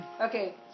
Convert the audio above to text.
Okay